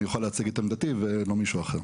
אוכל להציג את עמדתי ולא מישהו אחר.